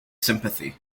sympathy